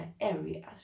areas